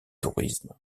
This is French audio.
tourisme